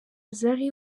zari